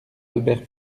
albert